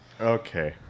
Okay